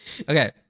Okay